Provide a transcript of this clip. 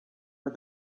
but